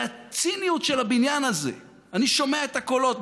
והציניות של הבניין הזה, אני שומע את הקולות.